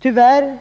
Tyvärr